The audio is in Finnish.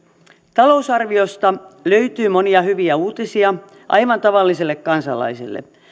talousarviosta löytyy monia hyviä uutisia aivan tavallisille kansalaisille